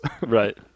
Right